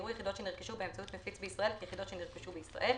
ויראו יחידות שנרכשו באמצעות מפיץ בישראל כיחידות שנרכשו בישראל,